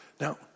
Now